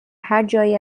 هرجایی